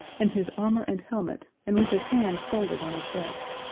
in his armor and helmet, and with his hands folded on his breast.